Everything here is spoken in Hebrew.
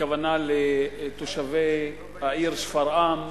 הכוונה לתושבי העיר שפרעם,